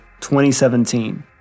2017